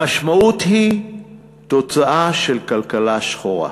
המשמעות היא תוצאה של כלכלה שחורה.